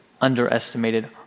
underestimated